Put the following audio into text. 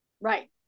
right